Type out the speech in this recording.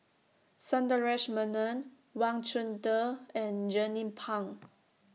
Sundaresh Menon Wang Chunde and Jernnine Pang